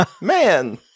man